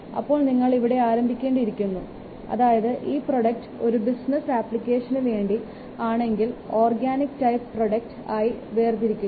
അപ്പോൾ നിങ്ങൾ ഇവിടെ ആരംഭിക്കേണ്ടിയിരിക്കുന്നു അതായത് ഈ പ്രോഡക്റ്റ് ഒരു ബിസ്സിനസ് ആപ്പ്ളിക്കേഷനു വേണ്ടി ആണെങ്കിൽ ഓർഗാനിക് ടൈപ്പ് പ്രൊജക്റ്റ് ആയി വേർതിരിക്കുക